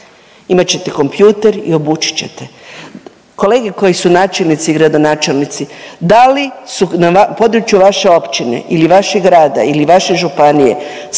imat ćete kompjuter i obučit ćete. Kolege koji su gradonačelnici i načelnici da li su na području vaše općine ili vašeg grada ili vaše županije